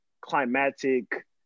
climatic